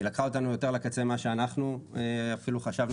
היא לקחה אותנו יותר לקצה ממה שאנחנו אפילו חשבנו